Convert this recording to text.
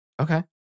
okay